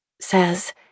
says